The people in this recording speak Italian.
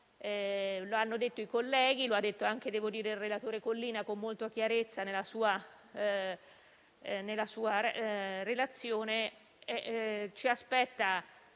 lo hanno detto i colleghi e lo ha detto anche il relatore Collina con molta chiarezza nella sua relazione, ci aspetta